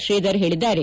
ಶ್ರೀಧರ್ ಹೇಳಿದ್ದಾರೆ